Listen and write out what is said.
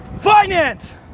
finance